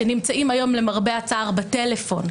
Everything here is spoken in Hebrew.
שנמצאים היום למרבה הצער בטלפון,